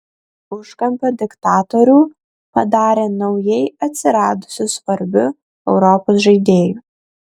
užkampio diktatorių padarė naujai atsiradusiu svarbiu europos žaidėju